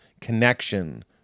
connection